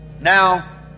Now